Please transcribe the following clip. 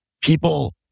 people